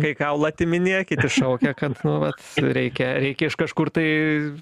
kai kaulą atiminėja kiti šaukia kad nu vat reikia reikia iš kažkur tai